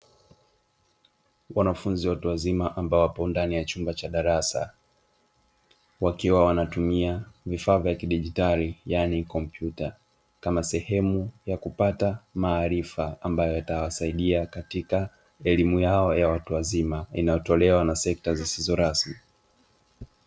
Wanafunzi watu wazima ambao wapo ndani ya chumba cha darasa wakiwa wanatumia vifaa vya kidijitali yaani kompyuta kama sehemu ya kupata maarifa, ambayo yatawasaidia katika elimu yao ya watu wazima inayo tolewa na sekta zisizo rasmi.